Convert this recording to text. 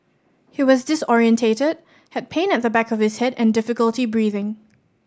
he was disorientated had pain at the back of his head and difficulty breathing